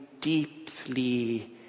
deeply